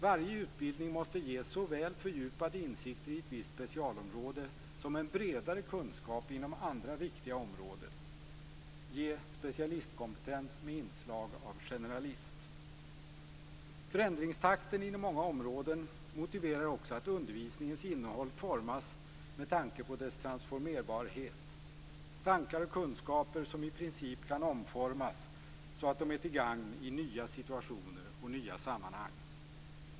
Varje utbildning måste ge såväl fördjupade insikter i ett visst specialområde som en bredare kunskap inom andra viktiga områden, ge specialistkompetens med inslag av generalist. Förändringstakten inom många områden motiverar också att undervisningens innehåll formas med tanke på dess transformerbarhet - tankar och kunskaper som i princip kan omformas så att de är till gagn i nya situationer och nya sammanhang.